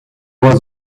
was